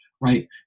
right